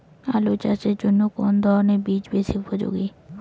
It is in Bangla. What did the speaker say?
আলু চাষের জন্য কোন ধরণের বীজ বেশি উপযোগী?